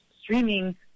Streaming